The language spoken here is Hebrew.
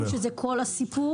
אנחנו לא אומרים שזה כל הסיפור.